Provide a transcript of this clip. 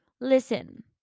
Listen